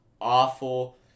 awful